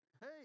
Hey